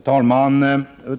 Herr talman!